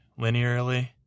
linearly